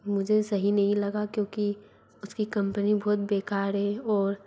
मुझे सही नहीं लगा क्योंकि उसकी कंपनी बहुत बेकार है और